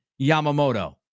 Yamamoto